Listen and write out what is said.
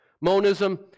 Monism